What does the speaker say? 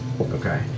Okay